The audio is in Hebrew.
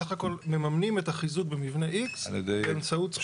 בסך הכל מממנים את החיזוק במבנה X באמצעות זכויות